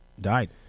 died